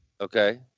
Okay